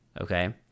Okay